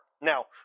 Now